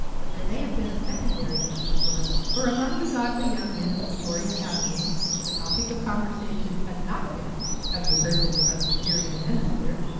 but there may have been a secondary cause at work, for among the godly young men of plutoria avenue the topic of conversation had not been, have you heard the new presbyterian minister?